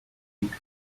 and